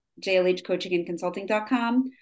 jlhcoachingandconsulting.com